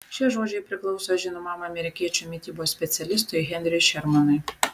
šie žodžiai priklauso žinomam amerikiečių mitybos specialistui henriui šermanui